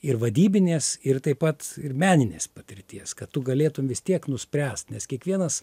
ir vadybinės ir taip pat ir meninės patirties kad tu galėtum vis tiek nuspręst nes kiekvienas